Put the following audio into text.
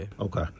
okay